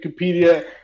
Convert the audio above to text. Wikipedia